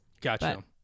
gotcha